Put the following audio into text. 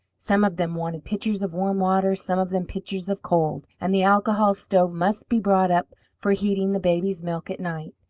some of them wanted pitchers of warm water, some of them pitchers of cold, and the alcohol stove must be brought up for heating the baby's milk at night.